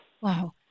Wow